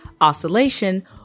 oscillation